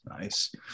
Nice